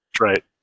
Right